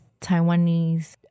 taiwanese